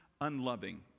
unloving